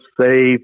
save